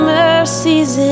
mercies